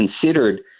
considered